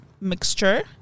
mixture